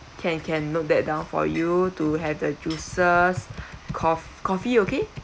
can can note that down for you to have the juices coff~ coffee okay